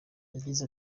yagize